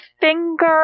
finger